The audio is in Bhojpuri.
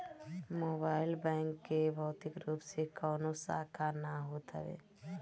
मोबाइल बैंक के भौतिक रूप से कवनो शाखा ना होत हवे